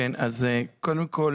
קודם כל,